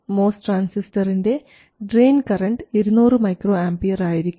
MOS ട്രാൻസിസ്റ്ററിൻറെ drain current 200 µA ആയിരിക്കും